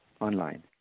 online